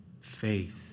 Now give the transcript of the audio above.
Faith